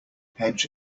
hedge